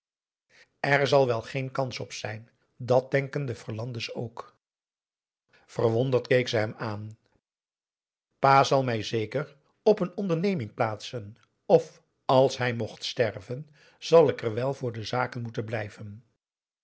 er zal wel geen kans op zijn dat denken de verlande's ook verwonderd keek ze hem aan pa zal mij zeker op een onderneming plaatsen of als hij mocht sterven zal ik er wel voor de zaken moeten blijven